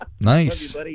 Nice